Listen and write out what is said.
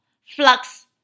flux